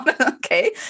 Okay